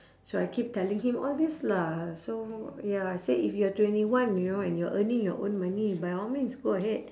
so I keep telling him all these lah so ya I said if you're twenty one you know and you're earning your own money by all means go ahead